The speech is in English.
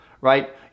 right